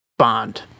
Bond